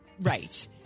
Right